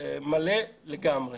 מענה מלא לגמרי